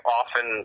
often